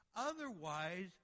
Otherwise